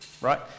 right